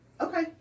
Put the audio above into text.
Okay